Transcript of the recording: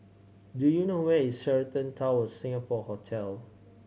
do you know where is Sheraton Towers Singapore Hotel